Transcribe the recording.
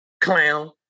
Clown